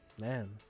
man